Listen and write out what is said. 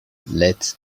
let